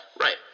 right